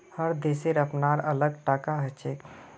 हर देशेर अपनार अलग टाका हछेक